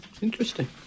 Interesting